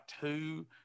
two